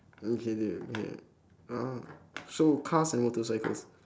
okay there we're uh so cars and motorcycles